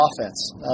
offense